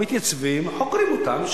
מתייצבים וחוקרים אותם,